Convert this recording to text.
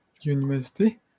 University